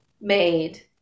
made